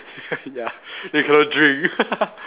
ya recurring dream